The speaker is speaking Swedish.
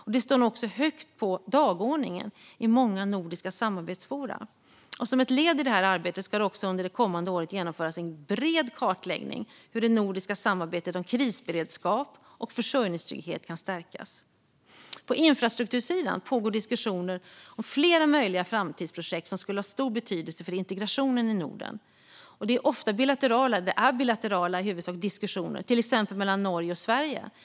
Det står nu också högt på dagordningen i många nordiska samarbetsforum. Som ett led i arbetet ska det under det kommande året genomföras en bred kartläggning över hur det nordiska samarbetet om krisberedskap och försörjningstrygghet kan stärkas. På infrastruktursidan pågår diskussioner om flera möjliga framtidsprojekt som skulle ha stor betydelse för integrationen i Norden. Det är i huvudsak bilaterala diskussioner, till exempel mellan Norge och Sverige.